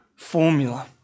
formula